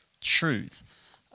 truth